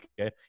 okay